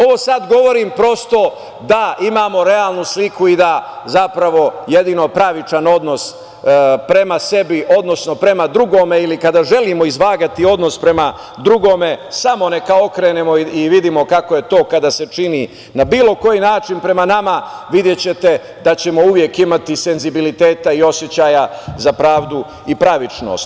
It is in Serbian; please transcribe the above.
Ovo sad govorim, prosto, da imamo realnu sliku i da zapravo jedino pravičan odnos prema sebi, odnosno prema drugome ili kada želimo izvagati odnos prema drugome, samo neka okrenemo i vidimo kako je to kada se čini na bilo koji način prema nama, videćete da ćemo uvek imati senzibiliteta i osećaja za pravdu i pravičnost.